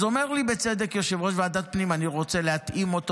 אז אומר לי בצדק יושב-ראש ועדת הפנים: אני רוצה להתאים אותו